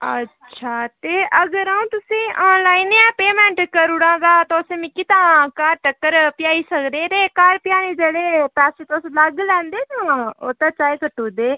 अच्छा ते अगर अ'ऊं तु'सें ई आनलाइन गै पेऽमैंट करी ओड़ां तां तुस मिकी तां घर तक्कर पजाई सकदे ते घर पजाने दे जेह्ड़े पैसे तुस बद्ध लैंदे जां ओह्दे चा ई कट्टी ओड़दे